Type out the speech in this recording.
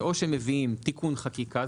זה או שמביאים תיקון חקיקה,